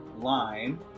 line